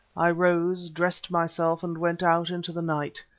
i rose, dressed myself, and went out into the night.